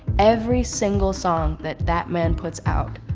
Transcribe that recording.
every single song that that man puts out,